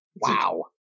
Wow